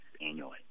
annually